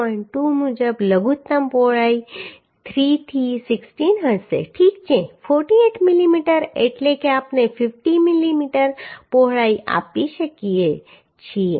2 મુજબ લઘુત્તમ પહોળાઈની પહોળાઈ 3 થી 16 હશે ઠીક છે 48 મીમી એટલે કે આપણે 50 મીમી પહોળાઈ આપી શકીએ છીએ